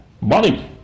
money